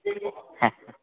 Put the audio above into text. હા